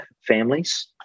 families